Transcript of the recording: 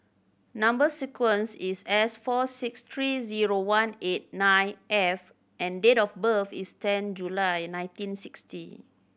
number sequence is S four six three zero one eight nine F and date of birth is ten July nineteen sixty